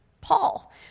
Paul